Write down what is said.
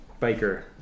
biker